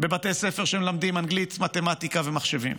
בבתי ספר שמלמדים אנגלית, מתמטיקה ומחשבים,